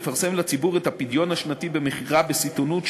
לפרסם לציבור את הפדיון השנתי במכירה בסיטונות,